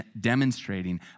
demonstrating